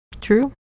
true